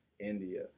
India